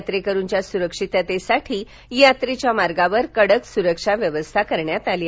यात्रेकरुंच्या सुरक्षिततेसाठी यात्रेच्या मार्गावर कडक सुरक्षा व्यवस्था तैनात करण्यात आली आहे